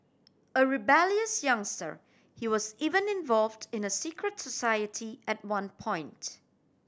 a rebellious youngster he was even involved in a secret society at one point